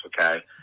okay